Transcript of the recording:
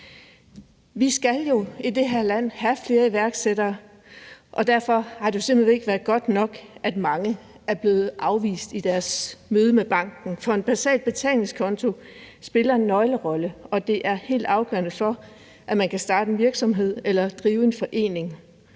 Vi skal i det her land have flere iværksættere, og derfor har det jo simpelt hen ikke været godt nok, at mange er blevet afvist i deres møde med banken, for en basal betalingskonto spiller en nøglerolle, og det er helt afgørende for, at man kan starte en virksomhed eller drive en forening.